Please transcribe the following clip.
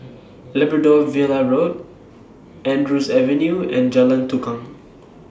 Labrador Villa Road Andrews Avenue and Jalan Tukang